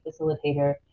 facilitator